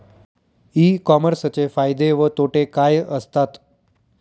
E कॉमर्सचे फायदे व तोटे काय असतात?